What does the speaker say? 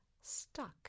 stuck